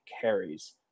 carries